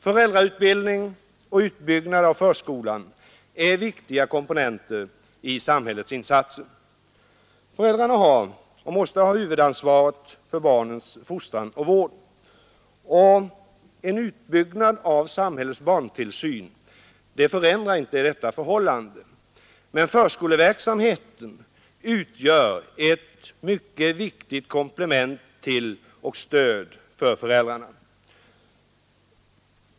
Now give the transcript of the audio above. Föräldrautbildning och utbyggnad av förskolan är viktiga komponenter i samhällets insatser. Föräldrarna har — och måste ha — huvudansvaret för barnens fostran och vård, och en utbyggnad av samhällets barntillsyn förändrar inte detta förhållande. Men förskoleverksamheten utgör ett viktigt komplement till och stöd för föräldrarna.